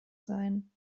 sein